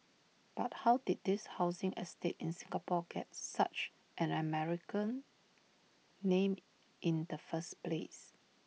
but how did this housing estate in Singapore get such an American name in the first place